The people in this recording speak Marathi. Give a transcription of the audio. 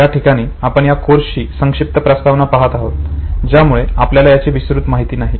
याठिकाणी आपण या कोर्सची संक्षिप्त प्रस्तावना पाहात आहोत त्यामुळे आपल्याला याची विस्तृत माहिती नाही